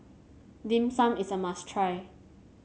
Dim Sum is a must try